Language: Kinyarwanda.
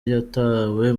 yatawe